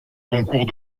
concours